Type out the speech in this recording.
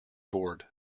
bored